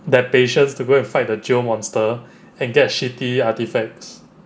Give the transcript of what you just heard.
that patience to go and fight the geo monster and get shitty artefacts